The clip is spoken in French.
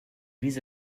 vise